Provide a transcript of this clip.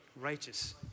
Righteous